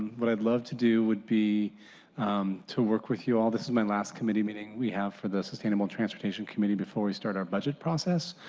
but i would love to do, would be to work with you all. this is my last committee meeting we have for the sustainable transportation committee before we start our budget process.